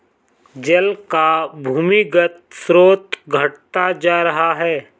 जल का भूमिगत स्रोत घटता जा रहा है